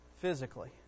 physically